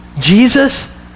Jesus